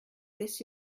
this